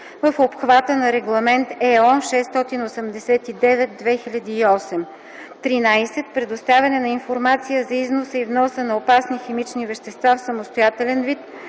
в обхвата на Регламент (ЕО) № 689/2008; 13. предоставяне на информация за износа и вноса на опасни химични вещества в самостоятелен вид,